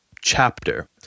chapter